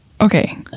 Okay